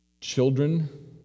Children